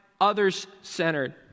others-centered